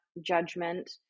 judgment